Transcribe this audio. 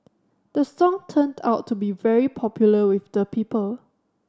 the song turned out to be very popular with the people